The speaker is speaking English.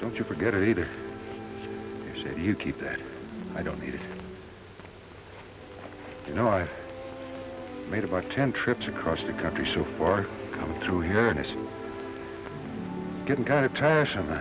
don't you forget it either is it you keep it i don't need it you know i've made about ten trips across the country so far come through here and it's getting kind of trash